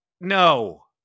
No